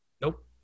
Nope